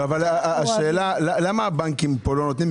למה הבנקים פה לא נותנים?